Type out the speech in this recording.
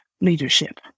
leadership